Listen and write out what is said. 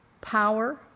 power